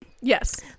Yes